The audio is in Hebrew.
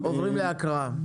ועוברים להקראה.